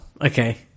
Okay